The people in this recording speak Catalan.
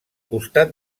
costat